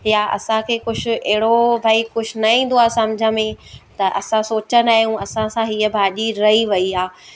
या असांखे कुझु अहिड़ो भाई कुझु न ईंदो आहे सम्झ में त असां सोचींदा आहियूं असां सां हीअ भाॼी रही वई आहे